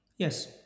Yes